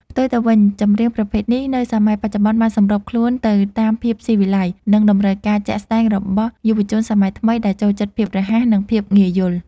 ផ្ទុយទៅវិញ ចម្រៀងប្រភេទនេះ នៅសម័យបច្ចុប្បន្ន បានសម្របខ្លួនទៅតាមភាពស៊ីវិល័យ និងតម្រូវការជាក់ស្ដែងរបស់យុវជនសម័យថ្មី ដែលចូលចិត្តភាពរហ័ស និងភាពងាយយល់។